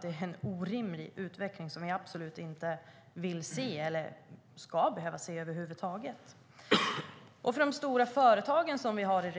Det är en orimlig utveckling som vi absolut inte vill se eller över huvud taget ska behöva se. För de stora företagen i regionen,